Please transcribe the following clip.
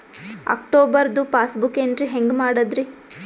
ಅಕ್ಟೋಬರ್ದು passbook entry ಹೆಂಗ್ ಮಾಡದ್ರಿ?